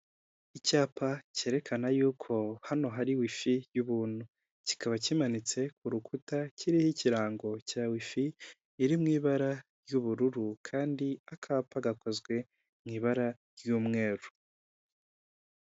Icyapa cyerekana y'uko hano hari Wifi y'ubuntu, kikaba kimanitse ku rukuta, kiriho ikirango cya wifi, iri mu ibara ry'ubururu, kandi akapa gakozwe mu ibara ry'umweru.